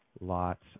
lots